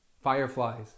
fireflies